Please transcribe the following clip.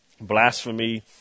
blasphemy